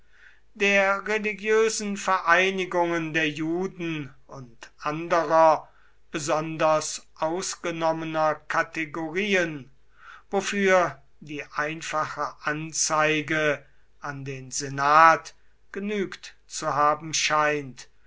der religiösen vereinigungen der juden und anderer besonders ausgenommener kategorien wofür die einfache anzeige an den senat genügt zu haben scheint